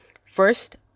First